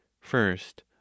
First